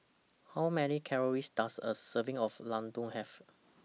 How Many Calories Does A Serving of Laddu Have